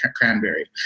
cranberry